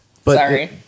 Sorry